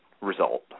result